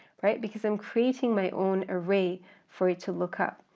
right? because i'm creating my own array for it to look up,